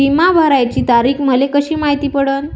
बिमा भराची तारीख मले कशी मायती पडन?